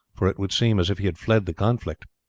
for it would seem as if he had fled the conflict.